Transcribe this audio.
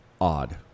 odd